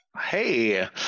Hey